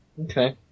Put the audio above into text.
Okay